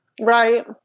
Right